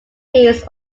means